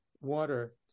water